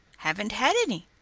haven't had any.